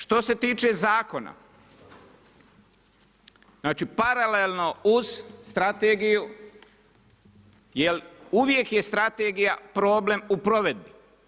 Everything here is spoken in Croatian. Što se tiče zakona, znači paralelno uz strategiju, jer uvijek je strategija problem u provedbi.